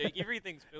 Everything's